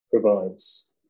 provides